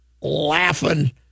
laughing